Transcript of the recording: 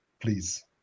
please